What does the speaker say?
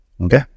Okay